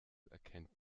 erkennt